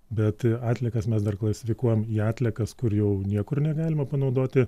bet tai atliekas mes dar klasifikuojam į atliekas kur jau niekur negalima panaudoti